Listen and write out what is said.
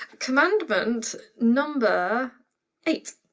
commandment number eight.